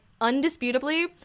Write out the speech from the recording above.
undisputably